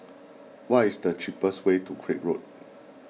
what is the cheapest way to Craig Road